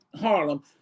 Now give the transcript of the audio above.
Harlem